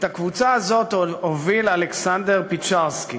את הקבוצה הזאת הוביל אלכסנדר פצ'רסקי,